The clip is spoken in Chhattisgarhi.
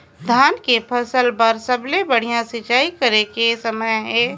धान के फसल बार सबले बढ़िया सिंचाई करे के समय हे?